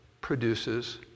produces